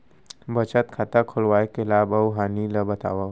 बचत खाता खोलवाय के लाभ अऊ हानि ला बतावव?